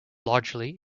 largely